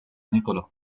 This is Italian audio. nicolò